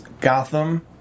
Gotham